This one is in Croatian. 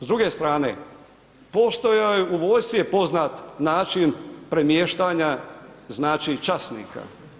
S druge strane, postojao je u vojsci je poznat način premještanja znači časnika.